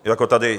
Jako tady.